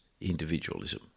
individualism